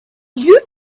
you